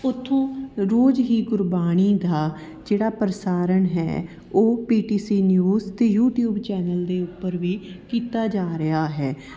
ਉੱਥੋਂ ਰੋਜ਼ ਹੀ ਗੁਰਬਾਣੀ ਦਾ ਜਿਹੜਾ ਪ੍ਰਸਾਰਨ ਹੈ ਉਹ ਪੀ ਟੀ ਸੀ ਨਿਊਜ਼ ਅਤੇ ਯੂਟੀਊਬ ਚੈਨਲ ਦੇ ਉੱਪਰ ਵੀ ਕੀਤਾ ਜਾ ਰਿਹਾ ਹੈ